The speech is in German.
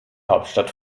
hauptstadt